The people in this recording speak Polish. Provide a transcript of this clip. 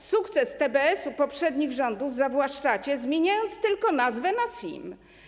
Sukces TBS-ów poprzednich rządów zawłaszczacie, zmieniając tylko nazwę na SIM.